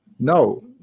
No